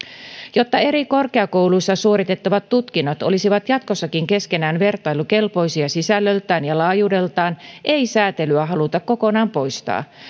jotta eri korkeakouluissa suoritettavat tutkinnot olisivat jatkossakin keskenään vertailukelpoisia sisällöltään ja laajuudeltaan ei säätelyä haluta kokonaan poistaa